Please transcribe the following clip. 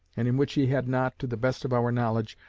and in which he had not, to the best of our knowledge,